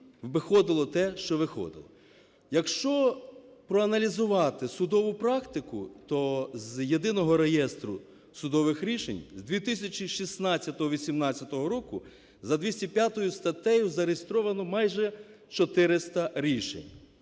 Якщо проаналізувати судову практику, то з Єдиного реєстру судових рішень з 2016-18 року за 205 статтею зареєстровано майже 400 рішень,